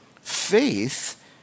Faith